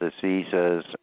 diseases